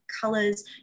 colors